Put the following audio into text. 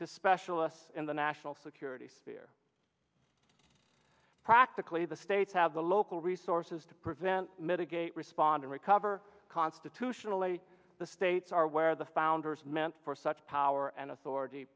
to specialists in the national security sphere practically the states have the local resources to prevent mitigate respond and recover constitutionally the states are where the founders meant for such power and authority